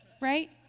Right